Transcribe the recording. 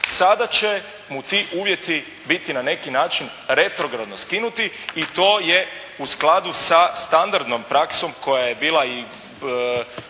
sada će mu ti uvjeti biti na neki način retrogradno skinuti i to je u skladu sa standardnom praksom koja je bila i